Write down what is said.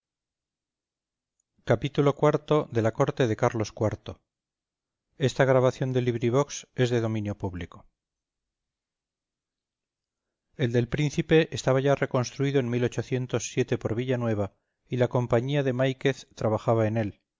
xxvi xxvii xxviii la corte de carlos iv de benito pérez galdós el del príncipe estaba ya reconstruido en por villanueva y la compañía de máiquez trabajaba en él